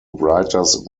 writers